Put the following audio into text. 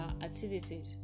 activities